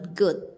good